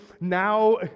now